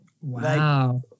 wow